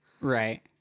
Right